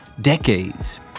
decades